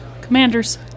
Commanders